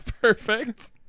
Perfect